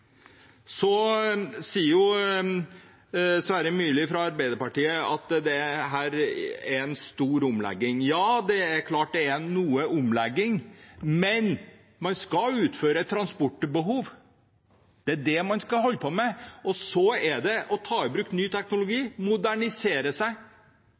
Så sier Sverre Myrli fra Arbeiderpartiet at dette er en stor omlegging. Det er klart at det er noe omlegging, men man skal dekke et transportbehov. Det er det man skal holde på med. Så må en ta i bruk ny